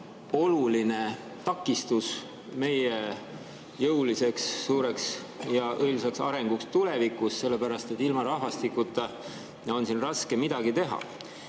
oluline takistus meie jõuliseks, suureks ja õilsaks arenguks tulevikus? Ilma rahvastikuta on siin raske midagi teha.